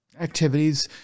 activities